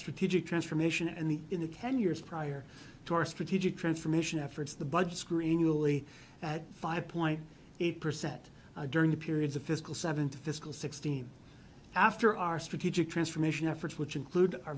strategic transformation and the in the can years prior to our strategic transformation efforts the budget screen uli at five point eight percent during the periods of fiscal seven to fiscal sixteen after our strategic transformation efforts which include our